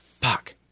fuck